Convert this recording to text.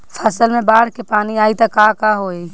फसल मे बाढ़ के पानी आई त का होला?